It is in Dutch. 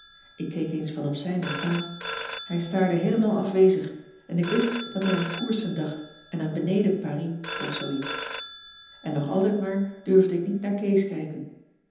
ik keek eens van op zij naar pa hij staarde heelemaal afwezig en ik wist dat hij aan koersen dacht en aan beneden pari of zoo iets en nog altijd maar durfde ik niet naar kees kijken